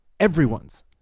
everyone's